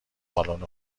بالن